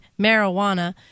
marijuana